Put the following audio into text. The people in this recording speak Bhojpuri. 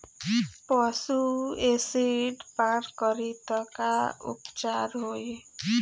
पशु एसिड पान करी त का उपचार होई?